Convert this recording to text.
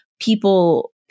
people